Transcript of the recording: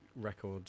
record